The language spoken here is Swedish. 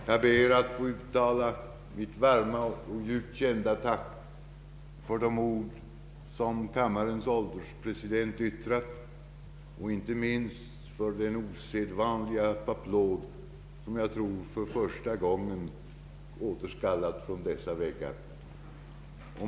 Jag ber att få uttala mitt varma och djupt kända tack för de ord som kammarens ålderspresident yttrat och inte minst för den osedvanliga applåd som, jag tror för första gången, återskallat från dessa väggar.